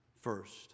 first